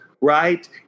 right